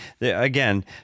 Again